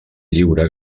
lliure